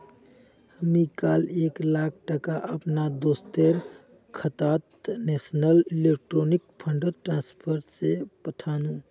मी काल एक लाख टका अपना दोस्टर खातात नेशनल इलेक्ट्रॉनिक फण्ड ट्रान्सफर से पथानु